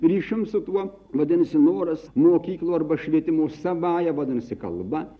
ryšium su tuo vadinasi noras mokyklų arba švietimo savąja vadinasi kalba